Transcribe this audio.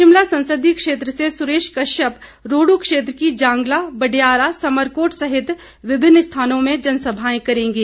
शिमला संसदीय क्षेत्र से सुरेश कश्यप रोहडू क्षेत्र की जांगला बडियारा समरकोट सहित विभिन्न स्थानों में जनसभाएं करेंगे